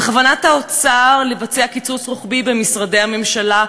בכוונת האוצר לבצע קיצוץ רוחבי במשרדי הממשלה,